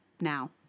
now